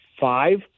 five